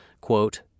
quote